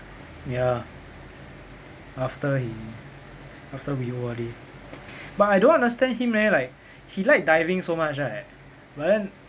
ya after he after we O_R_D but I don't understand him eh like he like diving so much right but then